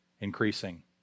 increasing